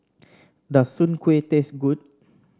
does Soon Kuih taste good